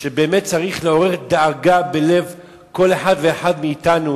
שצריך לעורר דאגה בלב כל אחד ואחד מאתנו,